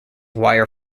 wire